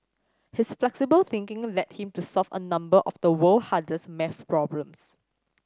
his flexible thinking led him to solve a number of the world hardest maths problems